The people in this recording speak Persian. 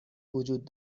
وجود